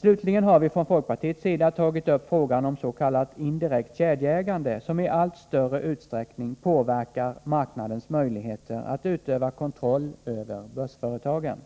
Slutligen har vi från folkpartiets sida tagit upp frågan om s.k. indirekt kedjeägande, som i allt större utsträckning påverkar marknadens möjligheter att utöva kontroll över börsföretagen.